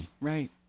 Right